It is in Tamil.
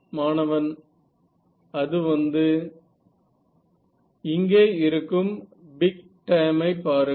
மாணவன் அது வந்து இங்கே இருக்கும் பிக் டேர்மை பாருங்கள்